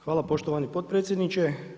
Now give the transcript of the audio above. Hvala poštovani potpredsjedniče.